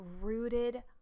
rooted